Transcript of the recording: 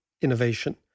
innovation